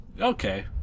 Okay